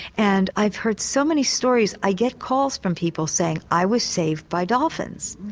and i've heard so many stories, i get calls from people saying i was saved by dolphins.